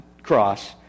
cross